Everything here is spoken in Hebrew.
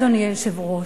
אדוני היושב-ראש,